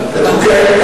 את חוקי הדת.